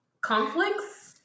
conflicts